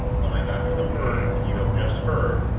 when i got to the words that you have just heard,